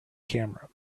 camera